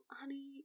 honey